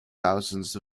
thousands